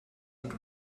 und